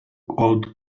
old